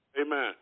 amen